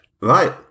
Right